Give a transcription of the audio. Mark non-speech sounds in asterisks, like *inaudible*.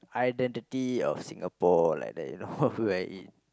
identity of Singapore like that you know *laughs* where it